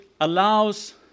allows